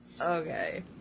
Okay